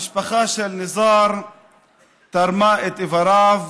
המשפחה של ניזאר תרמה את איבריו